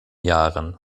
jahren